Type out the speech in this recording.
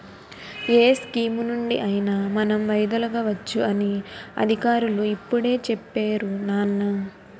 ఏ స్కీమునుండి అయినా మనం వైదొలగవచ్చు అని అధికారులు ఇప్పుడే చెప్పేరు నాన్నా